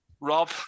Rob